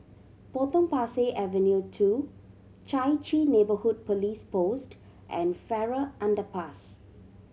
Potong Pasir Avenue Two Chai Chee Neighbourhood Police Post and Farrer Underpass